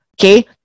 okay